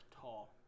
tall